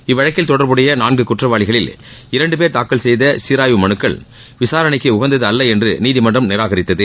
இவ்வழக்கில் தொடர்புடைய நான்கு குற்றவாளிகளில் இரண்டு பேர் தாக்கல் செய்த சீராய்வு மனுக்கள் விசாரணைக்கு உகந்தது அல்ல என்று நீதிமன்றம் நிராகரித்தது